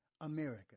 America